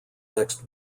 next